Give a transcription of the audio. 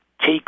take